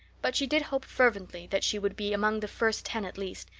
but she did hope fervently that she would be among the first ten at least,